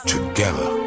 Together